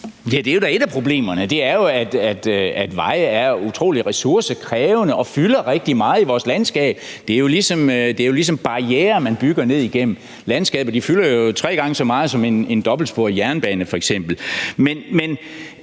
Ja, det er jo da et af problemerne. Veje er utrolig ressourcekrævende og fylder rigtig meget i vores landskab. Det er jo ligesom barrierer, man bygger ned igennem landskabet; de fylder jo tre gange så meget som en dobbeltsporet jernbane f.eks. Og